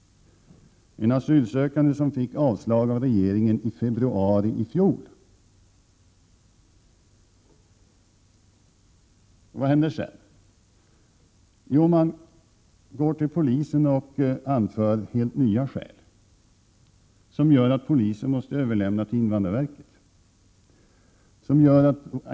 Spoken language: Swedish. Det gäller bl.a. ett fall med en asylsökande, som av regeringen fick avslag på sin ansökan i februari i fjol. Den asylsökande gick sedan till polisen och anförde helt nya skäl, som gjorde att polisen måste överlämna ärendet till invandrarverket.